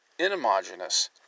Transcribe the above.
inhomogeneous